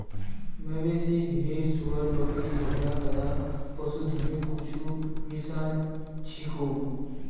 मवेशी, भेड़, सूअर, बकरी, घोड़ा, गधा, पशुधनेर कुछु मिसाल छीको